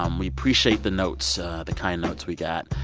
um we appreciate the notes the kind notes we got.